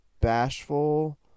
bashful